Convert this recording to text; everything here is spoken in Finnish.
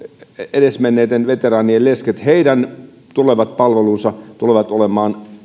edesmenneiden veteraanien leskien tulevat palvelut tulevat olemaan